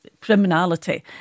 criminality